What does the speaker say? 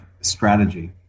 strategy